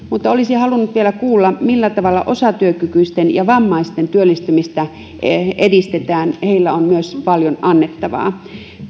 mutta olisin halunnut vielä kuulla millä tavalla osatyökykyisten ja vammaisten työllistymistä edistetään heillä on myös paljon annettavaa